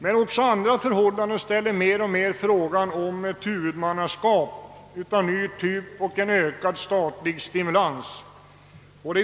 Men också andra förhållanden aktualiserar mer och mer frågan om ett huvudmannaskap av ny typ och ökad statlig stimulans.